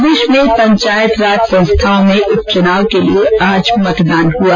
प्रदेश में पंचायत राज संस्थाओं में उपचुनाव के लिए आज मतदान हुआ